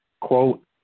quote